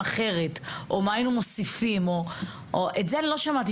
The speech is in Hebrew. אחרת' או 'מה היינו מוסיפים' ואת זה אני לא שמעתי,